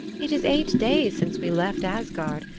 it is eight days since we left asgard.